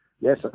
Yes